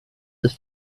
ist